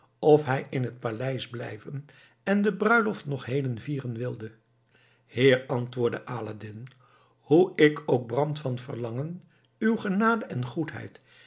of hij in het paleis blijven en de bruiloft nog heden vieren wilde heer antwoordde aladdin hoe ik ook brand van verlangen uwe genade en goedheid